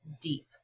deep